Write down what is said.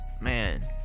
Man